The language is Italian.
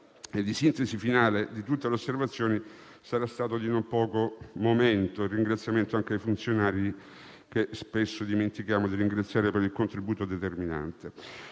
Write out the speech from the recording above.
e di sintesi finale di tutte le osservazioni sarà stato di non poco momento. Rivolgo un ringraziamento anche ai funzionari, che spesso dimentichiamo di ringraziare per il loro contributo determinante.